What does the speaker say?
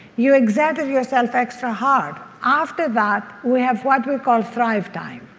you exerted yourself extra hard. after that, we have what we call thrive time.